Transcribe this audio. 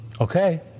Okay